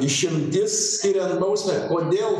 išimtis skiriant bausmę kodėl